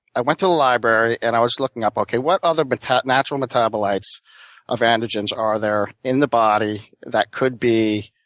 i went to the library, and i was looking up what other but natural metabolites of androgens are there in the body that could be